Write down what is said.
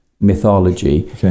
mythology